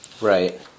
Right